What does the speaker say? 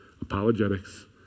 Apologetics